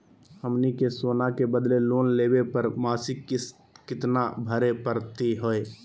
हमनी के सोना के बदले लोन लेवे पर मासिक किस्त केतना भरै परतही हे?